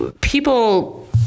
people